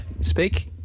Speak